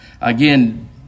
Again